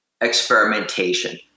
experimentation